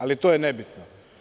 Ali, to je nebitno.